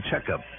checkup